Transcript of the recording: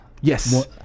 Yes